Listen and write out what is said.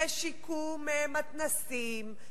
לשיקום מתנ"סים,